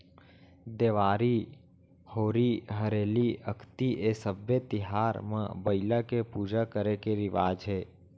देवारी, होरी हरेली, अक्ती ए सब्बे तिहार म बइला के पूजा करे के रिवाज हे